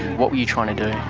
what were you trying to do?